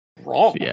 wrong